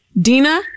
Dina